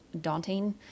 daunting